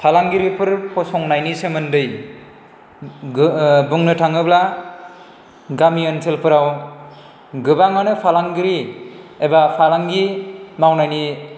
फालांगिरिफोर फसंनायनि सोमोन्दै गो बुंनो थाङोब्ला गामि ओनसोलफोराव गोबांआनो फालांगिरि एबा फालांगि मावनायनि